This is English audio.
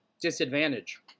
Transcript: disadvantage